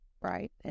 right